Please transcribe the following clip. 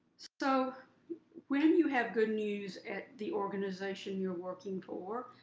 so when you have good news at the organization you're working for,